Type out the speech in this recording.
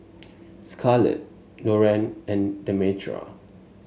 Scarlett Loren and Demetra